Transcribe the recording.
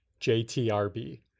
JTRB